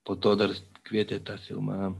po to dar kvietė tą filmą